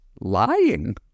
lying